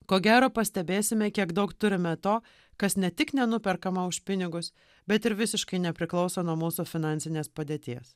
ko gero pastebėsime kiek daug turime to kas ne tik nenuperkama už pinigus bet ir visiškai nepriklauso nuo mūsų finansinės padėties